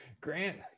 Grant